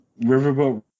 Riverboat